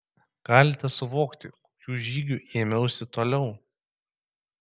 galite suvokti kokių žygių ėmiausi toliau